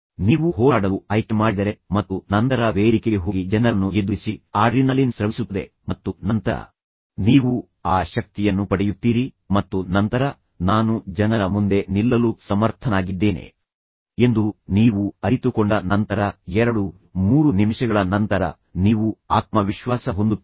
ನೀವು ಹೋರಾಡಲು ಆಯ್ಕೆ ಮಾಡಿದರೆ ಮತ್ತು ನಂತರ ವೇದಿಕೆಗೆ ಹೋಗಿ ಜನರನ್ನು ಎದುರಿಸಿ ಆಡ್ರಿನಾಲಿನ್ ಸ್ರವಿಸುತ್ತದೆ ಮತ್ತು ನಂತರ ನೀವು ಆ ಶಕ್ತಿಯನ್ನು ಪಡೆಯುತ್ತೀರಿ ಮತ್ತು ನಂತರ ನಾನು ಜನರ ಮುಂದೆ ನಿಲ್ಲಲು ಸಮರ್ಥನಾಗಿದ್ದೇನೆ ಎಂದು ನೀವು ಅರಿತುಕೊಂಡ ನಂತರ 2 3 ನಿಮಿಷಗಳ ನಂತರ ನೀವು ಆತ್ಮವಿಶ್ವಾಸ ಹೊಂದುತ್ತೀರಿ